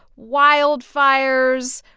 wildfires,